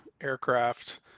aircraft